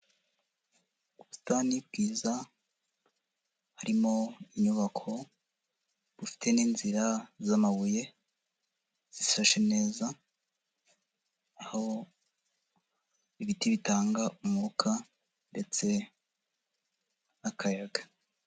Ubusitani bwiza, harimo inyubako, bufite n'inzira z'amabuye, zisashe neza, aho ibiti bitanga umwuka ndetse n'akayaga.